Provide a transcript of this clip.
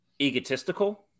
egotistical